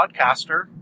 podcaster